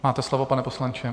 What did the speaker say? Máte slovo, pane poslanče.